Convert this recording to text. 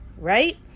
right